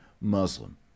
Muslim